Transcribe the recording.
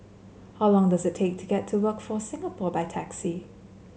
how long does it take to get to Workforce Singapore by taxi